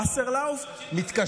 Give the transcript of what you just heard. וראיתי את השר וסרלאוף מתקשר